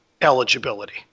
eligibility